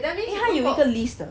因为它有一个 list 的